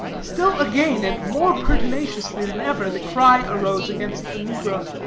still again, and more pertinaciously than ever, the cry arose against the negro,